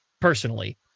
personally